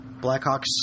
blackhawks